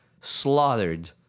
slaughtered